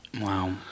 Wow